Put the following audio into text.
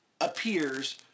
appears